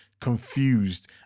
confused